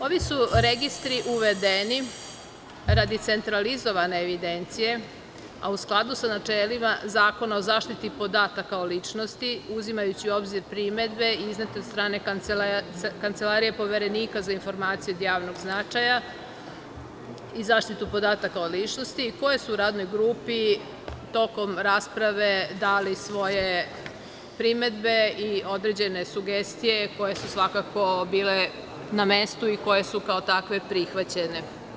Ovi su registri uvedeni radi centralizovane evidencije, a u skladu sa načelima Zakona o zaštiti podataka o ličnosti, uzimajući u obzir primedbe iznete od strane Kancelarije poverenika za informacije od javnog značaja i zaštitu podataka o ličnosti, koje su radnoj grupi tokom rasprave dali svoje primedbe i određene sugestije koje su svakako bile na mestu i koje su kao takve prihvaćene.